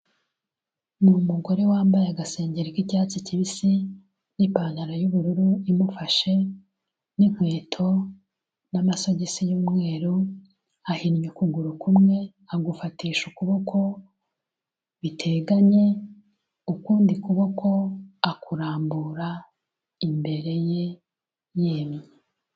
Ni umugore wambaye agasengeri k'icyatsi kibisi n'ipantaro y'ubururu imufashe n'inkweto n'amasogisi y'umweru, ahinnye ukuguru kumwe agufatisha ukuboko biteganye, ukundi kuboko akurambura imbere ye yemye.